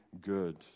good